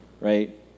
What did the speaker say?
right